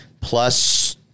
plus